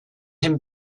him